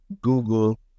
Google